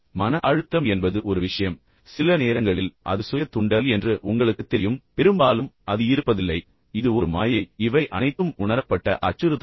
மன அழுத்தம் என்பது ஒரு விஷயம் சில நேரங்களில் அது சுய தூண்டல் என்று உங்களுக்குத் தெரியும் பெரும்பாலும் அது இருப்பதில்லை இது ஒரு மாயை இவை அனைத்தும் உணரப்பட்ட அச்சுறுத்தல்கள்